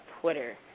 Twitter